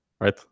right